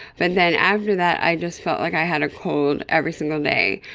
but then after that i just felt like i had a cold every single day.